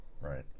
Right